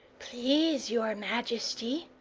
please your majesty,